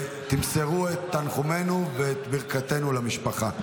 תמסרו את תנחומינו ואת ברכתנו למשפחה.